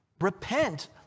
Repent